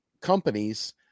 companies